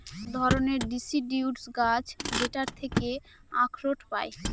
এক ধরনের ডিসিডিউস গাছ যেটার থেকে আখরোট পায়